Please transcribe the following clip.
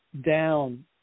Down